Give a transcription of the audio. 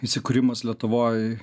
įsikūrimas lietuvoj